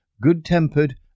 good-tempered